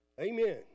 Amen